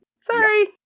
Sorry